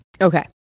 Okay